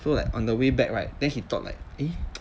so like on the way back right then he thought like eh